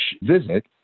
visit